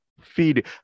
feed